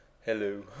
hello